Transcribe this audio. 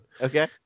Okay